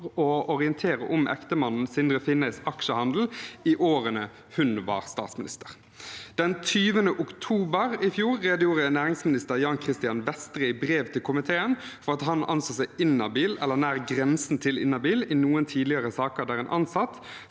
å orientere om ektemannen Sindre Finnes’ aksjehandel i årene hun var statsminister. Den 20. oktober 2023 redegjorde næringsminister Jan Christian Vestre i brev til komiteen for at han anså seg inhabil eller nær grensen til inhabil i noen tidligere saker der en ansatt